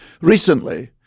Recently